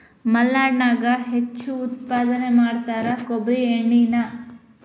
ಮಲ್ನಾಡದಾಗ ಹೆಚ್ಚು ಉತ್ಪಾದನೆ ಮಾಡತಾರ ಕೊಬ್ಬ್ರಿ ಎಣ್ಣಿನಾ